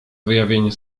wyjawienie